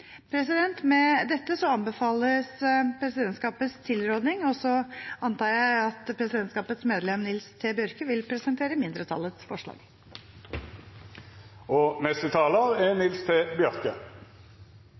byggesaker. Med dette anbefales presidentskapets tilråding. Så antar jeg at presidentskapets medlem Nils T. Bjørke vil presentere mindretallets forslag.